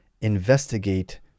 investigate